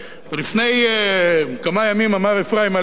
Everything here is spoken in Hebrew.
לפני כמה ימים אמר אפרים הלוי,